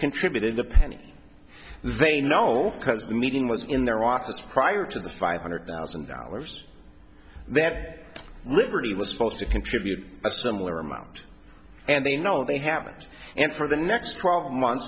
contributed a penny they know because the meeting was in their office prior to the five hundred thousand dollars that liberty was supposed to contribute a similar amount and they know they haven't and for the next twelve months